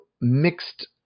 mixed